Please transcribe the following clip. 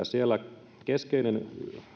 siellä keskeinen